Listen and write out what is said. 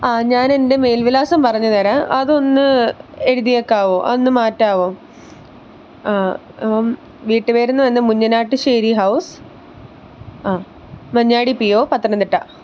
ആ ഞാനെന്റെ മേൽവിലാസം പറഞ്ഞു തരാം അതൊന്ന് എഴുതിയേക്കാമോ അതൊന്ന് മാറ്റാമോ ആ അപ്പം വീട്ടു പേരെന്ന് വരുന്നത് മുന്നനാട്ടുശ്ശേരി ഹൗസ് ആ മഞ്ഞാടി പി ഒ പത്തനംതിട്ട